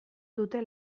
dute